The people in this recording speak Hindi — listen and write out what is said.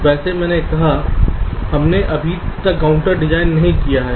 वैसे मैंने कहा है हमने अभी तक काउंटर डिजाइन नहीं किया है